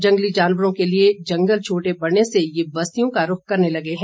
जंगली जानवरों के लिए जंगल छोटे पड़ने से ये बस्तियों का रूख करने लगे हैं